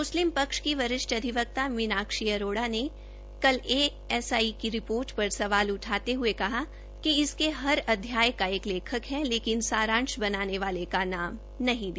मुस्लिम पक्ष की वरिष्ठ अधिवक्ता मीनाक्षी अरोड़ा ने की ए एस आई की रिर्पोट पर सवाल उठाते हये कहा था कि इसके हर अध्याय का एक लेखक है लेकिन सारांश बनाने वाले का नाम नहीं दिया